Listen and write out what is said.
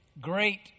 great